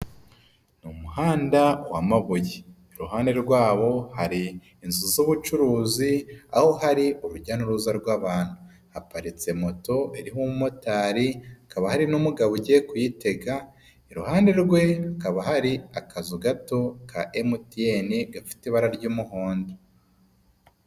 Niumuhanda wa mabuye iruhande rwabo hari inzu z'ubucuruzi aho hari urujya n'uruza rw'abantu, haparitse moto iriho umumotari hakaba hari n'umugabo ugiye kuyitega iruhande rwe hakaba hari akazu gato ka MTN gafite ibara ry'umuhondo.